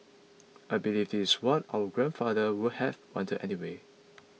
I believe this is what our grandfather would have wanted anyway